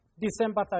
December